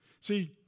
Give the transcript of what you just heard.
See